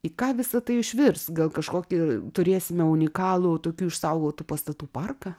į ką visa tai išvirs gal kažkokį turėsime unikalų tokių išsaugotų pastatų parką